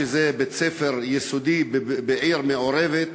בבית-ספר יסודי בעיר מעורבת,